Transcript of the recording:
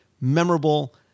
memorable